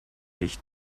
ich